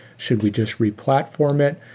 should we just re-platform it?